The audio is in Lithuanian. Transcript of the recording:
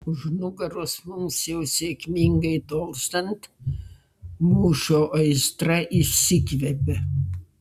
už nugaros mums jau sėkmingai tolstant mūšio aistra išsikvepia